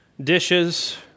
dishes